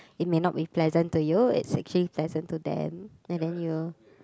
it may not be pleasant to you it's actually pleasant to them and then you